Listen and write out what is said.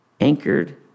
anchored